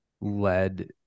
led